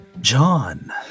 John